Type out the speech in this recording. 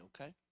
okay